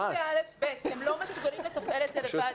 גם בכיתות א'-ב' הם לא מסוגלים לתפעל את זה לבד.